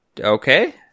okay